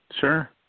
Sure